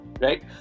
right